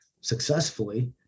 successfully